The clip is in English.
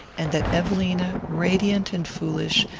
and that evelina, radiant and foolish,